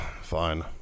fine